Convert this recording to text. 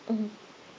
mmhmm